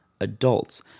adults